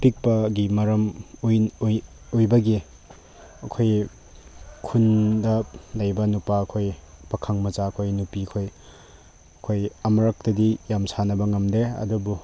ꯃꯤꯛꯄꯒꯤ ꯃꯔꯝ ꯑꯣꯏꯕꯒꯤ ꯑꯩꯈꯣꯏꯒꯤ ꯈꯨꯟꯗ ꯂꯩꯕ ꯅꯨꯄꯥꯈꯣꯏ ꯄꯥꯈꯪ ꯃꯆꯥꯈꯣꯏ ꯅꯨꯄꯤꯈꯣꯏ ꯑꯩꯈꯣꯏ ꯑꯃꯨꯔꯛꯇꯗꯤ ꯌꯥꯝ ꯁꯥꯟꯅꯕ ꯉꯝꯗꯦ ꯑꯗꯨꯕꯨ